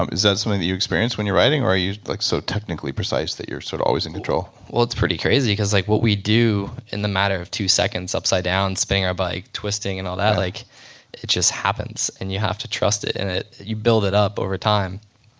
um is that something that you experience when you're riding or are you like so technically precise that you're sort of always in control? well it's pretty crazy. because like what we do in the matter of two seconds upside down, spinning our bike, twisting and all that, like it just happens and you have to trust it. and you build it up over time.